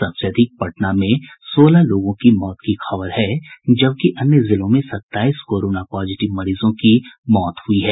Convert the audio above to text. सबसे अधिक पटना में सोलह लोगों की मौत की खबर है जबकि अन्य जिलों में सत्ताईस कोरोना पॉजिटिव मरीजों की मौत हुई है